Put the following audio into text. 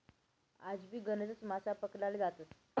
आजबी गणकच मासा पकडाले जातस